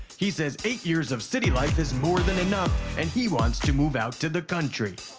he says eight years of city life is more than enough and he wants to move out to the country.